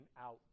out